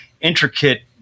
intricate